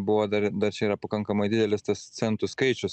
buvo dar dar čia yra pakankamai didelis tas centų skaičius